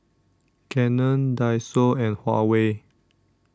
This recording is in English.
Canon Daiso and Huawei